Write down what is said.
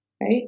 right